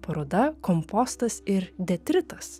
paroda kompostas ir detritas